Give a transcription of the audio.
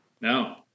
No